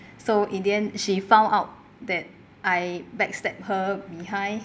so in the end she found out that I back stabbed her behind